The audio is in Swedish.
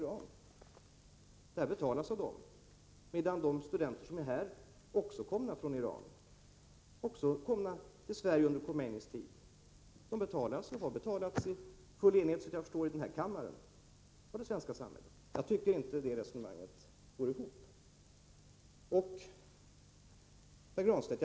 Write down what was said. Utbildningen betalas ju. De studenter som är här och som också kommit från Iran till Sverige under Khomeinis tid får utbildningen betalad av det svenska samhället — och det råder såvitt jag vet full enighet om detta i den här kammaren. Jag tycker inte att ert resonemang går ihop. Till Pär Granstedt.